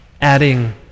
adding